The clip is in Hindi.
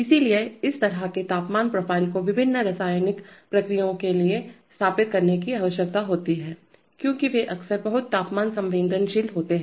इसलिए इस तरह के तापमान प्रोफाइल को विभिन्न रासायनिक प्रक्रियाओं के लिए स्थापित करने की आवश्यकता होती है क्योंकि वे अक्सर बहुत तापमान संवेदनशील होते हैं